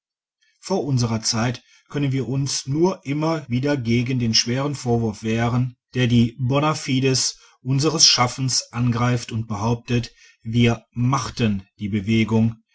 vor unserer zeit können wir uns nur immer wieder gegen den schweren vorwurf wehren der die bona fides unseres schaffens angreift und behauptet wir machten die bewegung